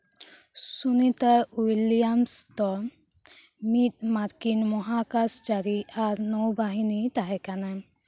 Sunita Williams ᱫᱚ ᱢᱤᱫ American ᱢᱚᱦᱟᱠᱟᱥ ᱪᱟᱨᱤ ᱟᱨ ᱱᱳᱵᱟᱦᱤᱱᱤ ᱛᱟᱦᱮᱸ ᱠᱟᱱᱟᱭ